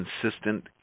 consistent